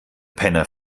penner